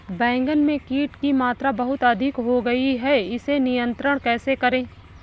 बैगन में कीट की मात्रा बहुत अधिक हो गई है इसे नियंत्रण कैसे करें?